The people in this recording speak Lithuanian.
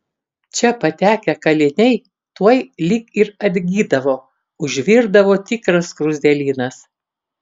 čia patekę kaliniai tuoj lyg ir atgydavo užvirdavo tikras skruzdėlynas